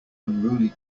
unruly